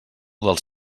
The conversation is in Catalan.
dels